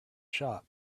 shop